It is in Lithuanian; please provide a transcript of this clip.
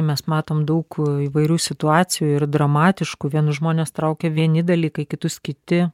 mes matom daug įvairių situacijų ir dramatiškų vienus žmones traukia vieni dalykai kitus kiti